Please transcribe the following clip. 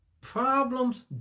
Problems